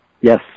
Yes